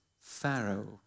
Pharaoh